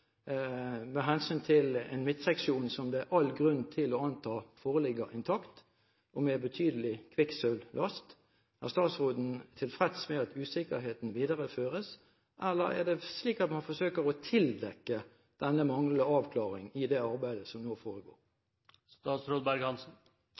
med hensyn til en midtseksjon som det er all grunn til å anta at foreligger intakt og med betydelig kvikksølvlast? Er statsråden tilfreds med at usikkerheten videreføres, eller er det slik at man forsøker å tildekke denne manglende avklaring i det arbeidet som nå foregår?